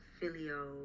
filio